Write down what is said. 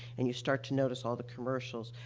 and you start to notice all the commercials.